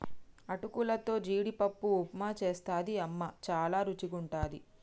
అటుకులతో జీడిపప్పు ఉప్మా చేస్తది అమ్మ చాల రుచిగుంటది